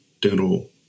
dental